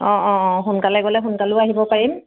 অ' অ' অ' সোনকালে গ'লে সোনকালেও আহিব পাৰিম